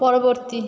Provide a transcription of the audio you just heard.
পরবর্তী